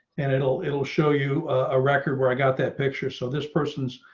and it'll, it'll show you a record where i got that picture. so this person's